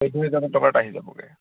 চৈধ্য হেজাৰমান টকাত আহি যাবগৈ